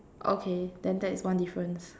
okay then that is one difference